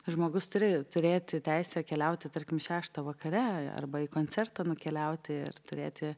žmogus turi turėti teisę keliauti tarkim šeštą vakare arba į koncertą nukeliauti ir turėti